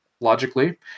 logically